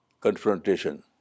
confrontation